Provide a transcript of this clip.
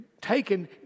taken